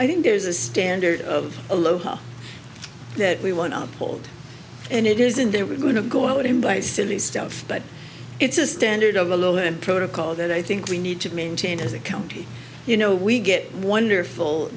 i think there's a standard of aloha that we want to uphold and it isn't that we're going to go out and buy silly stuff but it's a standard of the law and protocol that i think we need to maintain as a county you know we get wonderful